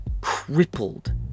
crippled